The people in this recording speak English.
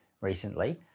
recently